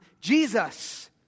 Jesus